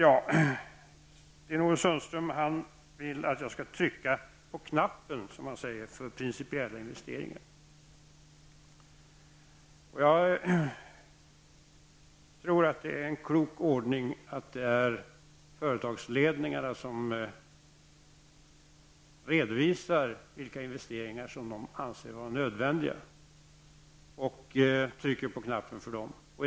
Sten-Ove Sundström vill att jag skall trycka på knappen, som man säger, för principiella investeringar. Jag tror att det är en klok ordning att det är företagsledningarna som skall redovisa vilka investeringar som de anser vara nödvändiga och som trycker på knappen för dessa.